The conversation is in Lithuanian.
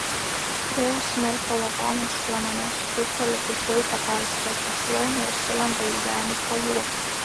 rėjaus merfio lavonas šalia manęs krūpteli kai kulka perskrodžia šlaunį ir sulenda į denį po juo